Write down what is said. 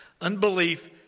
unbelief